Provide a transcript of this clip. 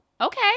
okay